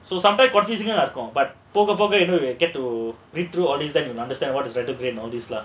so sometime confusing ah இருக்கும் போக போக:irukkum poga poga you know you get to read through all this then you will understand what is all this lah